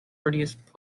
prettiest